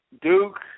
Duke